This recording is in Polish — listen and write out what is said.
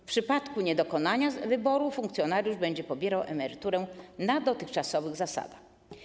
W przypadku niedokonania wyboru funkcjonariusz będzie pobierał emeryturę na dotychczasowych zasadach.